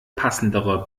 passendere